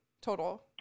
total